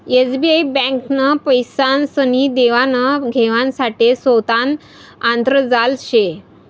SBI ब्यांकनं पैसासनी देवान घेवाण साठे सोतानं आंतरजाल शे